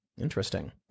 interesting